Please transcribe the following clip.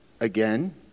again